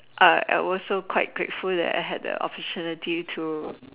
I also quite grateful that I had the opportunity to